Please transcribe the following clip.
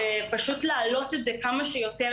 פשוט צריך להעלות את זה כמה שיותר,